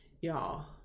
Y'all